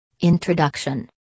Introduction